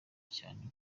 cyane